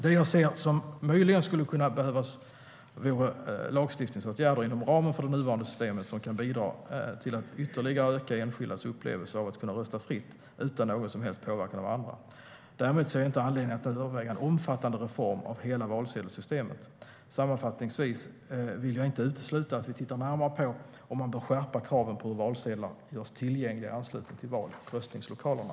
Det jag ser som möjligen skulle kunna behövas är lagstiftningsåtgärder inom ramen för det nuvarande systemet som kan bidra till att ytterligare öka enskildas upplevelse av att kunna rösta fritt utan någon som helst påverkan av andra. Däremot ser jag inte anledning att överväga en omfattande reform av hela valsedelsystemet. Sammanfattningsvis vill jag inte utesluta att vi tittar närmare på om man bör skärpa kraven på hur valsedlar görs tillgängliga i anslutning till val och röstningslokalerna.